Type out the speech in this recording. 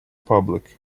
public